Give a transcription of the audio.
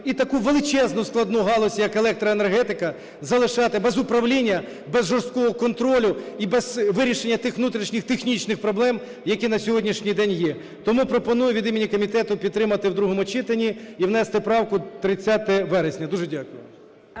і таку величезну складну галузь як електроенергетика залишати без управління, без жорсткого контролю і без вирішення тих внутрішніх технічних проблем, які на сьогоднішній день є. Тому пропоную від імені комітету підтримати в другому читанні і внести правку "30 вересня". Дуже дякую.